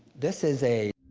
this is a